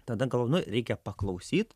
tada galvoju nu reikia paklausyt